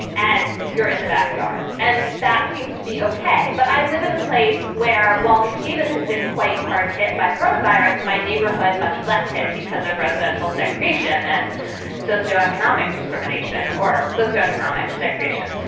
and you're in the backyard. and that seems to be ok. but i live in a place where, while new haven has been quite hard hit by corona virus, my neighborhood much less hit because of residential segregation and socioeconomic discrimination or socioeconomic segregation.